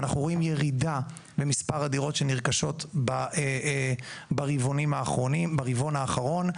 אנחנו רואים ירידה במספר הדירות שנרכשות ברבעון האחרון,